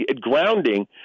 grounding